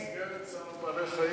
במסגרת צער בעלי-חיים,